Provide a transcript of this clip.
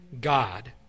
God